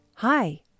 Hi